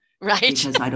Right